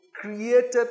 created